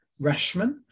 Rashman